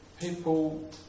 people